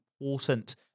important